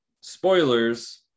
spoilers